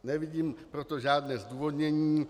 Nevidím pro to žádné zdůvodnění.